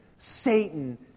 Satan